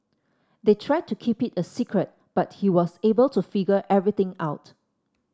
they tried to keep it a secret but he was able to figure everything out